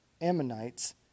Ammonites